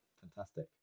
Fantastic